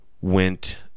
went